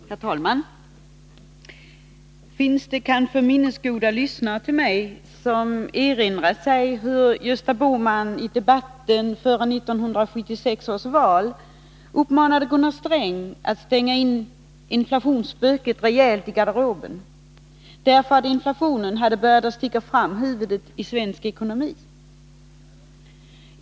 Herr talman! Det finns med kanske minnesgoda lyssnare till mig som erinrar sig hur Gösta Bohman i debatten före 1976 års val uppmanade Gunnar Sträng att stänga in inflationsspöket rejält i garderoben; inflationsspöket hade börjat att sticka fram huvudet i svensk ekonomi.